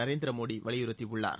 நரேந்திர மோடி வலியுறுத்தியுள்ளார்